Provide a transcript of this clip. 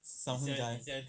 sound guy